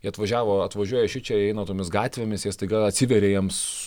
jie atvažiavo atvažiuoja šičia eina tomis gatvėmis jie staiga atsiveria jiems